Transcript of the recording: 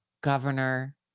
governor